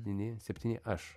septyni aš